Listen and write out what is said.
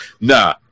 nah